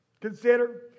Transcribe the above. Consider